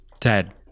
Ted